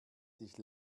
sich